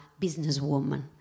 businesswoman